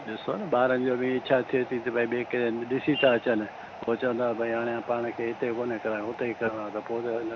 ॾिसो न ॿारन जो बि इच्छा थिए थी भई ॿिए कंहिं हंध ॾिसी था अचनि पोइ चवंदव भई हाणे पाण खे हिते कोन कराइणो उते ई कराइणो आहे त पोइ त अलॻि ॻाल्हि आहे